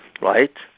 right